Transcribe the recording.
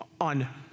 on